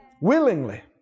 willingly